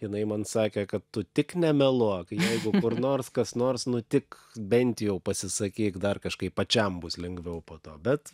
jinai man sakė kad tu tik nemeluok jeigu kur nors kas nors nu tik bent jau pasisakyk dar kažkaip pačiam bus lengviau po to bet